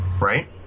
Right